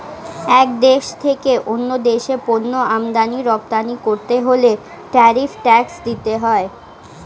এক দেশ থেকে অন্য দেশে পণ্য আমদানি রপ্তানি করতে হলে ট্যারিফ ট্যাক্স দিতে হয়